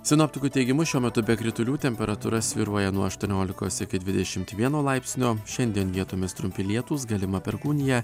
sinoptikų teigimu šiuo metu be kritulių temperatūra svyruoja nuo aštuoniolikos iki dvidešim vieno laipsnio šiandien vietomis trumpi lietūs galima perkūnija